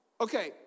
okay